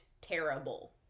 terrible